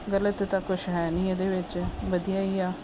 ਗਲਤ ਤਾਂ ਕੁਛ ਹੈ ਨਹੀਂ ਇਹਦੇ ਵਿੱਚ ਵਧੀਆ ਹੀ ਆ